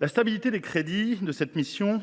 La stabilité des crédits de cette mission